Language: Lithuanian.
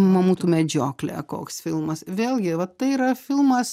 mamutų medžioklė koks filmas vėlgi vat tai yra filmas